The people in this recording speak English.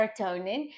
serotonin